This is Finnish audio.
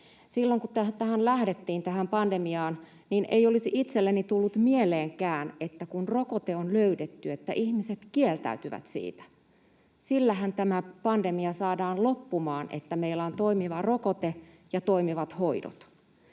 Silloin, kun tähän pandemiaan lähdettiin, ei olisi itselleni tullut mieleenkään, että kun rokote on löydetty, ihmiset kieltäytyvät siitä. Sillähän tämä pandemia saadaan loppumaan, että meillä on toimiva rokote ja toimivat hoidot.